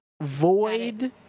Void